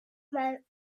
promote